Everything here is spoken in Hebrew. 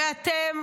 ואתם,